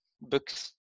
books